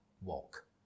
walk